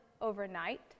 overnight